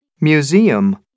Museum